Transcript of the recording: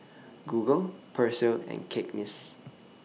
Google Persil and Cakenis